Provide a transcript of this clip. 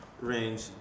range